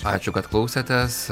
ačiū kad klausėtės